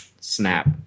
snap